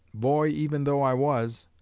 boy even though i was,